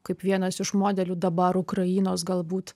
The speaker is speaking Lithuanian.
kaip vienas iš modelių dabar ukrainos galbūt